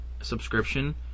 subscription